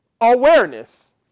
awareness